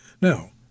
Now